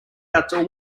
outdoor